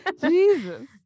Jesus